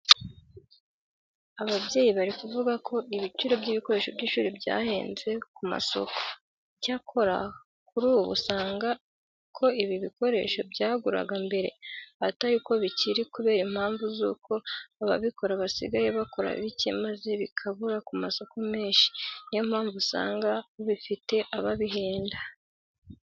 Ababyeyi bari kuvuga ko ibiciro by'ibikoresho by'ishuri byahenze ku masoko. Icyakora kuri ubu usanga uko ibi bikoresho byaguraga mbere atari ko bikiri kubera impamvu zuko ababikora basigaye bakora bike maze bikabura ku masoko menshi. Niyo mpamvu usanga ubifite aba abihenda.